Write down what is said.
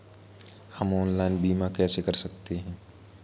हम ऑनलाइन बीमा कैसे कर सकते हैं?